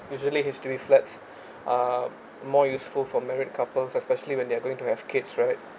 usually H_D_B flats are more useful for married couples especially when they are going to have kids right